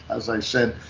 as i said,